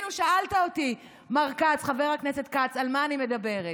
שאלת אותי, מר כץ, חבר הכנסת כץ, על מה אני מדברת.